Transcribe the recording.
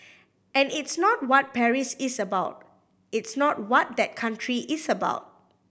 and it's not what Paris is about it's not what that country is about